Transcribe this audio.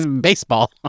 Baseball